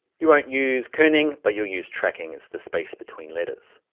you won't use kenning but you'll use trekking as the space between letters,